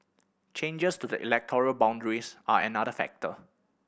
changes to the electoral boundaries are another factor